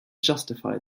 justify